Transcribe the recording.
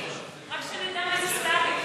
רק שנדע מי זה סטלין.